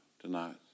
tonight